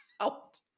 out